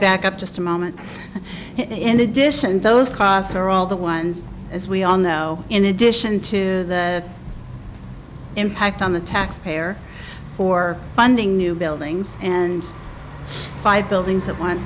back up just a moment in addition those costs are all the ones as we all know in addition to the impact on the taxpayer for funding new buildings and five buildings at on